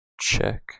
check